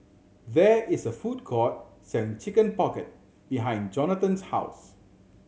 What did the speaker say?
there is a food court selling Chicken Pocket behind Jonatan's house